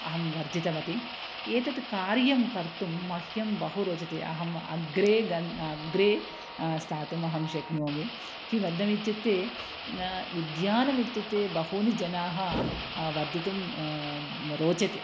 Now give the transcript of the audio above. अहं वर्धितवती एतत् कार्यं कर्तुं मह्यं बहु रोचते अहम् अग्रे गन् अग्रे स्थातुम् अहं शक्नोमि किमर्थम् इत्युक्ते न उद्यानम् इत्युक्ते बहुनि जनाः वर्धितुं रोचते